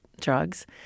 drugs